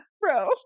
bro